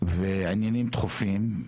ועניינים דחופים.